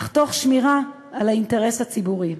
אך תוך שמירה על האינטרס הציבורי.